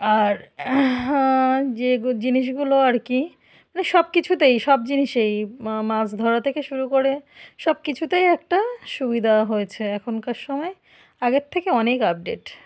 আর যে গো জিনিসগুলো আর কি মানে সব কিছুতেই সব জিনিসেই মাছ ধরা থেকে শুরু করে সব কিছুতেই একটা সুবিধা হয়েছে এখনকার সময় আগের থেকে অনেক আপডেট